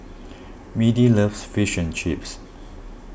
Mindi loves Fish and Chips